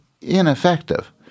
ineffective